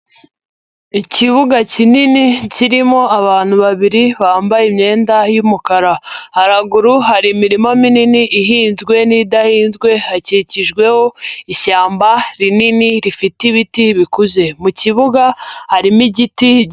Ikibuga kinini kirimo abantu babiri, bambaye imyenda y'umukara. Haraguru hari imirima minini ihinzwe n'idahinzwe, hakikijweho ishyamba rinini rifite ibiti bikuze. Mu kibuga harimo igiti.